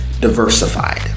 diversified